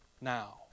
now